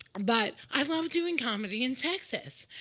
um but i love doing comedy in texas.